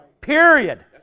Period